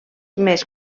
més